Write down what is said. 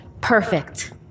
perfect